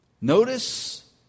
Notice